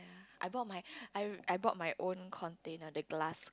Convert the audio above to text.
I bought my I I bought my own container the glass